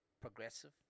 progressive